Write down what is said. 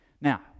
Now